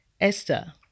Esther